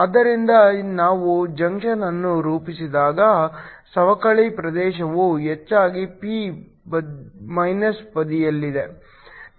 ಆದ್ದರಿಂದ ನಾವು ಜಂಕ್ಷನ್ ಅನ್ನು ರೂಪಿಸಿದಾಗ ಸವಕಳಿ ಪ್ರದೇಶವು ಹೆಚ್ಚಾಗಿ p ಬದಿಯಲ್ಲಿದೆ